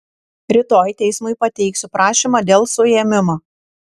rytoj teismui pateiksiu prašymą dėl suėmimo